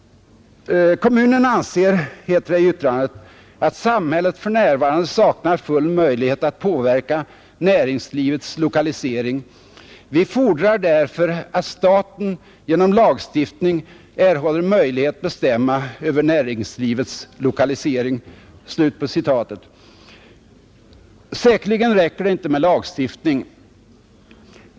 ”Kommunen anser”, heter det i yttrandet, ”att samhället för närvarande saknar full möjlighet att påverka näringslivets lokalisering. Vi fordrar därför att staten genom lagstiftning erhåller möjlighet bestämma över näringslivets lokalisering.” Säkerligen räcker det inte med lagstiftning.